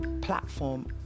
platform